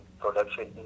production